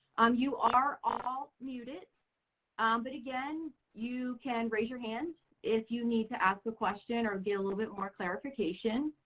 um, you are all muted but again you can raise your hand if you need to ask a question or get a little bit more clarification.